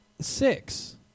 six